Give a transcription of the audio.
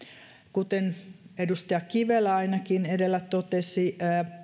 kuten ainakin edustaja kivelä edellä totesi